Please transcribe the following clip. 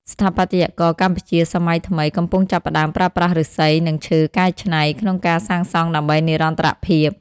ស្ថាបត្យករកម្ពុជាសម័យថ្មី កំពុងចាប់ផ្ដើមប្រើប្រាស់ឫស្សី និងឈើកែច្នៃ ក្នុងការសាងសង់ដើម្បីនិរន្តរភាព។